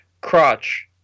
crotch